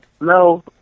No